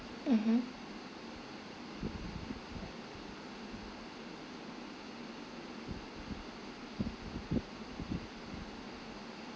mmhmm